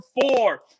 four